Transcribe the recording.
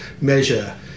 measure